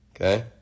Okay